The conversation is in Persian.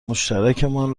مشترکمان